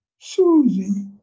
Susie